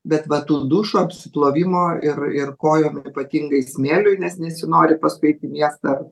bet va tų dušų apsiplovimo ir ir kojom ypatingai smėliui nes nesinori paskui eiti miestą